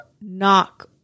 knock